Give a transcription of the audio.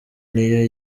niyo